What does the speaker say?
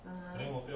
(uh huh)